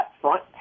front